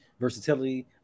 versatility